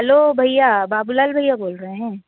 hello भैया बाबू लाल भैया बोल रहे हैं